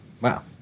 Wow